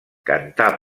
cantà